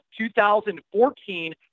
2014